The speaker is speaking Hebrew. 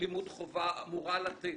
לימוד חובה אמורה לתת.